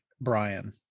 Brian